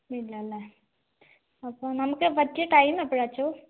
ഇല്ലല്ലേ അപ്പോൾ നമുക്ക് പറ്റിയ ടൈം എപ്പോഴാണച്ചോ